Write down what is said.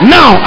Now